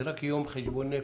זה רק יום חשבון נפש,